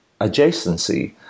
adjacency